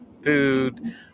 food